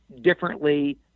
differently